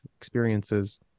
experiences